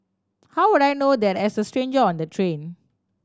how would I know that as a stranger on the train